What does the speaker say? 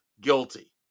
guilty